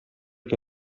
che